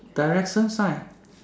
Direction sign